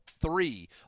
three